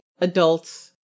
adults